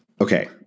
Okay